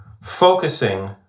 focusing